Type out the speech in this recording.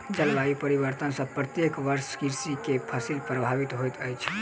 जलवायु परिवर्तन सॅ प्रत्येक वर्ष कृषक के फसिल प्रभावित होइत अछि